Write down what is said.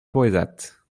poëzat